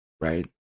right